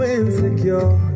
insecure